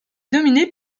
dominé